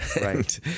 right